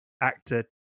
actor